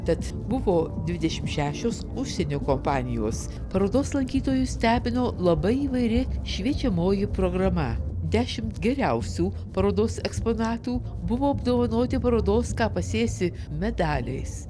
tad buvo dvidešim šešios užsienio kompanijos parodos lankytojus stebino labai įvairi šviečiamoji programa dešimt geriausių parodos eksponatų buvo apdovanoti parodos ką pasėsi medaliais